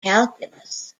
calculus